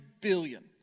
billion